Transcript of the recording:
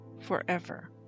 forever